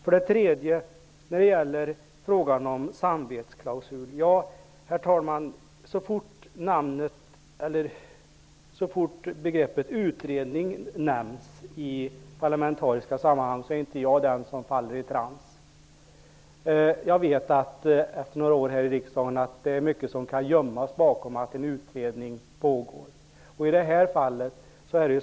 För det tredje gäller det samvetsklausul. Så fort begreppet utredning nämns i parlamentariska sammanhang är inte jag den som faller i trans. Efter några år här i riksdagen vet jag att det är mycket som kan gömmas bakom en pågående utredning.